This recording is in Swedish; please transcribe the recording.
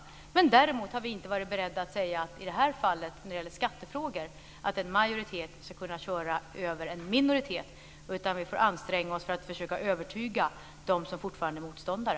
Vi har däremot inte varit beredda att säga att när det gäller skattefrågor ska en majoritet kunna köra över en minoritet. Vi får anstränga oss för att försöka övertyga dem som fortfarande är motståndare.